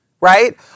right